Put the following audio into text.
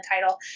title